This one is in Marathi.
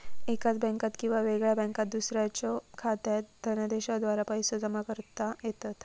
एकाच बँकात किंवा वेगळ्या बँकात दुसऱ्याच्यो खात्यात धनादेशाद्वारा पैसो जमा करता येतत